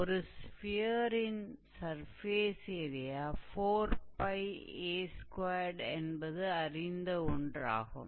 ஒரு ஸ்பியரின் surface area 4𝜋𝑎2 என்பது அறிந்த ஒன்றாகும்